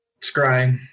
Scrying